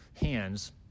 hands